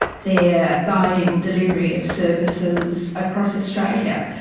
they are guiding delivery of services across australia.